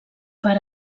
per